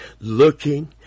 Looking